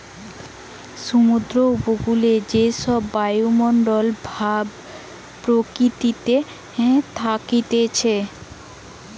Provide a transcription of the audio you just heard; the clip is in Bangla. সমুদ্র উপকূলে যে সব বায়ুমণ্ডল ভাব প্রকৃতিতে থাকতিছে